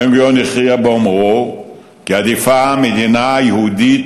בן-גוריון הכריע באומרו כי עדיפה מדינה יהודית